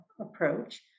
approach